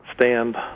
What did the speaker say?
stand